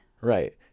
Right